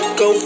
go